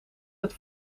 het